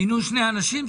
כלומר מינו שני אנשים?